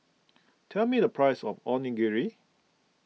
tell me the price of Onigiri